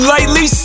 Lightly